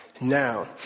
now